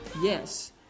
Yes